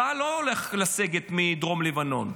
צה"ל לא הולך לסגת מדרום לבנון.